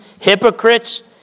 hypocrites